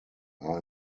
are